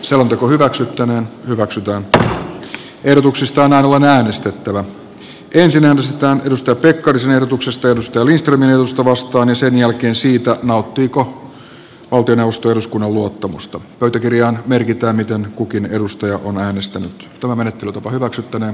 selonteko hyväksyttäneen hyväksytään että ehdotuksestaan ainoa välikysymystekstiin sisältyviin kysymyksiin joihin hallitus ei ole tyydyttävästi vastannut eduskunta toteaa että hallitus ei nauti eduskunnan luottamusta pöytäkirjaan merkitään miten kukin edustaja on onnistunut tuo menettelytapa hyväksyttävä